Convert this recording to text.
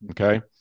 Okay